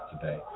today